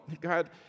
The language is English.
God